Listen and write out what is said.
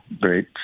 great